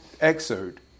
excerpt